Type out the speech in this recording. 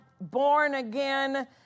born-again